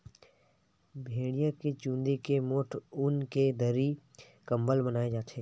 भेड़िया के चूंदी के मोठ ऊन के दरी, कंबल बनाए जाथे